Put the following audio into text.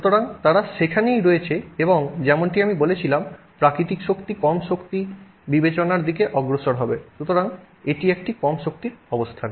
সুতরাং তারা সেখানেই রয়েছে এবং যেমনটি আমি বলেছিলাম প্রাকৃতিক শক্তি কম শক্তি বিবেচনার দিকে অগ্রসর হবে সুতরাং এটি একটি কম শক্তি অবস্থান